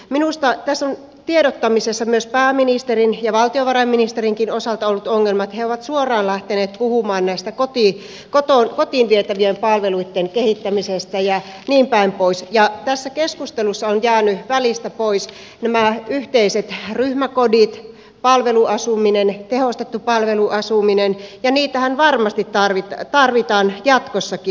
minusta tässä on tiedottamisessa myös pääministerin ja valtiovarainministerinkin osalta ollut ongelma siinä että he ovat suoraan lähteneet puhumaan näistä kotiin vietävien palveluitten kehittämisestä ja niinpäin pois ja tässä keskustelussa ovat jääneet välistä pois nämä yhteiset ryhmäkodit palveluasuminen tehostettu palveluasuminen ja niitähän varmasti tarvitaan jatkossakin